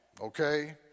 okay